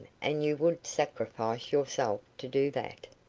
and you would sacrifice yourself to do that.